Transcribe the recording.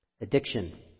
Addiction